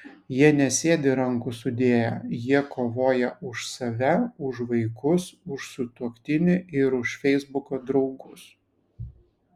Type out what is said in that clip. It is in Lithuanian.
jie nesėdi rankų sudėję jie kovoja už save už vaikus už sutuoktinį ir už feisbuko draugus